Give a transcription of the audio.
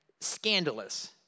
scandalous